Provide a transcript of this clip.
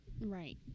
Right